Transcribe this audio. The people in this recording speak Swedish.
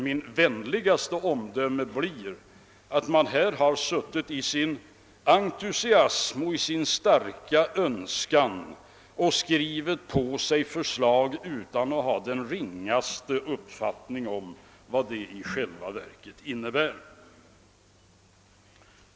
Mitt vänligaste omdöme blir att man i sin entusiasm och i sin starka önskan suttit och skrivit på sig förslag utan att ha den ringaste uppfattning om vad de i själva verket innebär.